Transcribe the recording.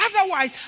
Otherwise